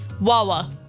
Wawa